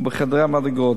ובחדרי מדרגות.